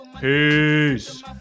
Peace